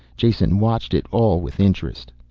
jason watched it all with interest.